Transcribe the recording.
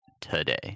today